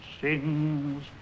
sings